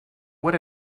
would